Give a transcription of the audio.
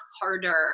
harder